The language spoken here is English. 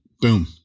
Boom